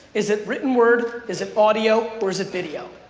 is it written word, is it audio or is it video?